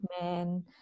man